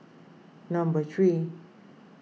number three